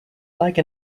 like